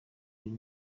uyu